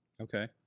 Okay